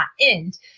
end